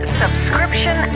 subscription